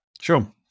Sure